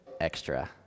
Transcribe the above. extra